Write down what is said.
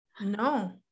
No